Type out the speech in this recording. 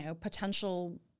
potential